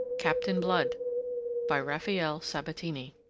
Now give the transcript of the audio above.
captain blood by rafael sabatini